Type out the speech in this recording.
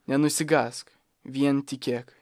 nenusigąsk vien tikėk